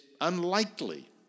unlikely